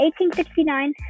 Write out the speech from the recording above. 1869